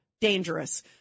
dangerous